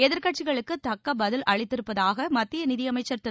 எதிர்க்கட்சிகளுக்கு தக்க பதில் அளித்திருப்பதாக மத்திய நிதியமைச்சர் திரு